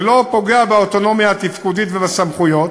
זה לא פוגע באוטונומיה התפקודית ובסמכויות,